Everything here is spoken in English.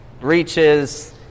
reaches